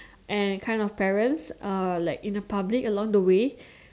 and kind of parents uh like in the public along the way